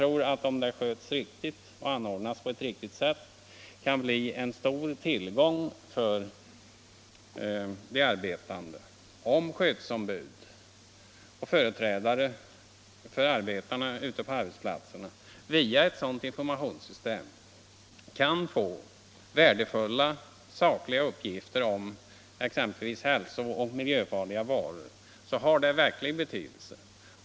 Om det sköts riktigt kan det bli en stor tillgång för de arbetande. Skyddsombud och företrädare för arbetarna ute på arbetsplatserna skulle via ett sådant informationssystem kunna få värdefulla sakliga uppgifter om exempelvis hälso och miljöfarliga varor.